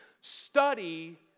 study